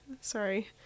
Sorry